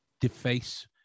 deface